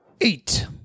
eight